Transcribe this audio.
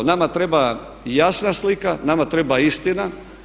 Nama treba jasna slika, nama treba istina.